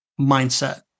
mindset